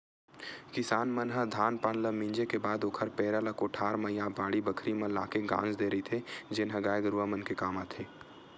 किसान मन ह धान पान ल मिंजे के बाद ओखर पेरा ल कोठार म या बाड़ी बखरी म लाके गांज देय रहिथे जेन ह गाय गरूवा मन के काम आथे